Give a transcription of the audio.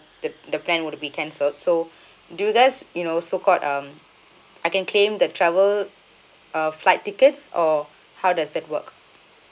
the the plan would be cancelled so do you guys you know so called um I can claim the travel uh flight tickets or how does that work